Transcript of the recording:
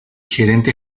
gerente